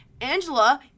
Angela